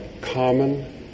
common